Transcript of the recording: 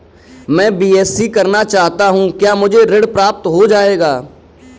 मैं बीएससी करना चाहता हूँ क्या मुझे ऋण प्राप्त हो जाएगा?